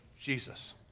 Jesus